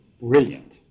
Brilliant